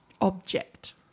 object